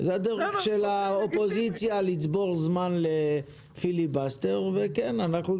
זו הדרך של האופוזיציה לצבור זמן לפיליבסטר ואנחנו,